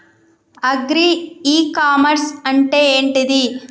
Agri e commerce అంటే ఏంటిది?